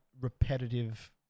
repetitive